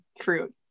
fruit